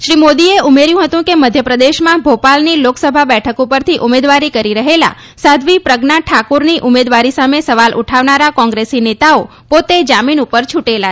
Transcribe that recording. શ્રી મોદીએ ઉમેર્યુ હતું કે મધ્ય પ્રદેશમાં ભોપાલની લોકસભા બેઠક પરથી ઉમેદવારી કરી રહેલાં સાધ્વી પ્રજ્ઞા ઠાકુરની ઉમેદવારી સામે સવાલ ઉઠાવનારા કોંગ્રેસી નેતાઓ પોતે જામીન પર છૂટેલા છે